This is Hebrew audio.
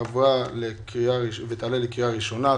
ההצעה עברה ותעלה לקריאה ראשונה.